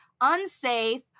unsafe